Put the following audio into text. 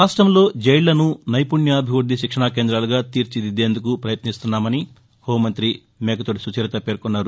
రాష్టంలో జైళ్లను నైపుణ్యాభివృద్ది శిక్షణా కేంద్రాలుగా తీర్చిదిద్దేందుకు ప్రయత్నిస్తున్నామని హోంమంత్రి మేకతోటి సుచరిత పేర్కొన్నారు